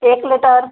एक लीटर